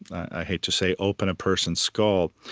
i hate to say, open a person's skull,